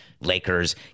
Lakers